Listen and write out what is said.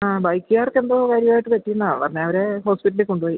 ആ ബൈക്കുകാർക്ക് എന്തോ കാര്യമായിട്ട് പറ്റി എന്നാണ് പറഞ്ഞത് അവരെ ഹോസ്പിറ്റലിൽ കൊണ്ടുപോയി